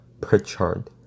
Pritchard